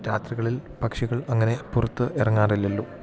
രാത്രികളിൽ പക്ഷികൾ അങ്ങനെ പുറത്ത് ഇറങ്ങാറില്ലല്ലോ